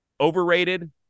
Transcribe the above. overrated